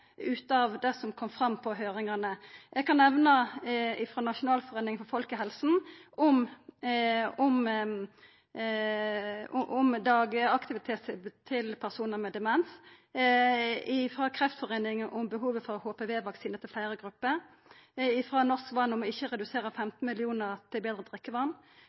ut frå det som kom fram på høyringane. Eg kan nemna: Frå Nasjonalforeninga for folkehelsa om dagaktivitetstilbod til personar med demens, frå Kreftforeninga om behovet for HPV-vaksine til fleire grupper, frå Norsk Vann om ikkje å redusera 15 mill. kr til betre drikkevan, frå Norges Parkinsonforbund om nasjonale faglege retningsliner for betre parkinsonbehandling, og om å